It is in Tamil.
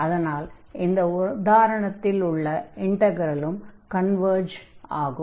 அதனால் இந்த உதாரணத்தில் உள்ள இன்டக்ரலும் கன்வர்ஜ் ஆகும்